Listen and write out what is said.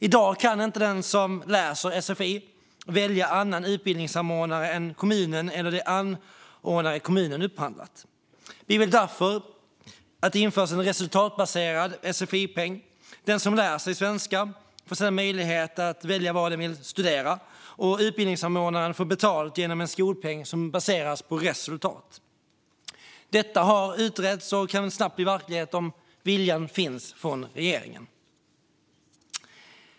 I dag kan inte den som läser sfi välja en annan utbildningsanordnare än kommunen eller de anordnare kommunen upphandlat. Vi vill därför att det införs en resultatbaserad sfi-peng. De som lär sig svenska får därmed möjlighet att välja var de vill studera, och utbildningsanordnaren får betalt genom en skolpeng som baseras på resultat. Detta har utretts och kan snabbt bli verklighet om viljan finns från regeringen.